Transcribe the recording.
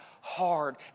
hard